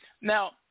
Now